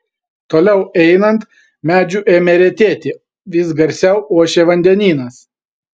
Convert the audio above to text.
toliau einant medžių ėmė retėti vis garsiau ošė vandenynas